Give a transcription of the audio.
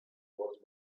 words